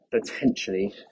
potentially